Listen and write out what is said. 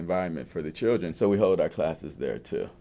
environment for the children so we hold our classes there to